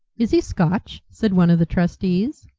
is he scotch? said one of the trustees.